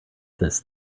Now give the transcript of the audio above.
this